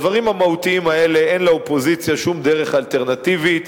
בדברים המהותיים האלה אין לאופוזיציה שום דרך אלטרנטיבית,